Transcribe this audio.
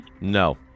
No